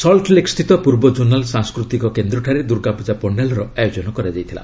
salt Lake ସ୍ଥିତ ପୂର୍ବ କୋନାଲ୍ ସାଂସ୍କୃତିକ କେନ୍ଦ୍ରଠାରେ ଦୁର୍ଗାପୂଜା ପଶ୍ଚାଲର ଆୟୋଜନ କରାଯାଇଥିଲା